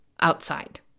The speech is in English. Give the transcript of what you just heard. outside